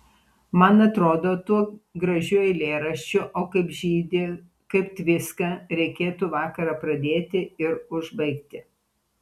man atrodo tuo gražiu eilėraščiu o kaip žydi kaip tviska reikėtų vakarą pradėti ir užbaigti